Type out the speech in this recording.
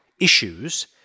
issues